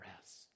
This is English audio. rest